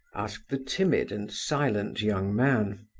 asked the timid and silent young man.